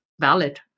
valid